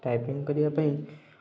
typing କରିବା ପାଇଁ